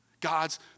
God's